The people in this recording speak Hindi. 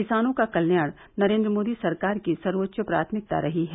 किसानों का कल्याण नरेन्द्र मोदी सरकार की सर्वोच्च प्राथमिकता रही है